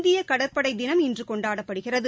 இந்தியகடற்படைதினம் இன்றுகொண்டாடப்படுகிறது